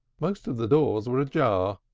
most of the doors were ajar,